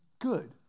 Good